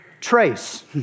Trace